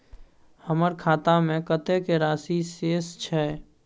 हमर खाता में कतेक राशि शेस छै?